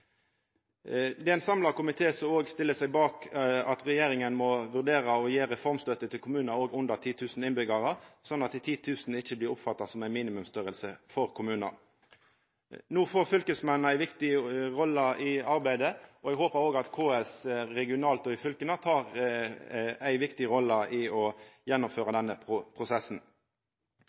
er òg ein samla komité som stiller seg bak at regjeringa må vurdera å gje reformstønad òg til kommunar med under 10 000 innbyggjarar, så 10 000 ikkje blir oppfatta som ein minimumsstørrelse for kommunar. No får fylkesmennene ei viktig i rolle i arbeidet, og eg håpar òg at KS regionalt og i fylka tek ei viktig rolle i å gjennomføra denne prosessen.